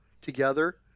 together